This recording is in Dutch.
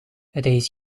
reis